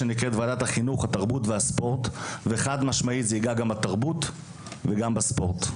החינוך וזה ללא ספק עתיד לגעת גם בתרבות וגם בספורט.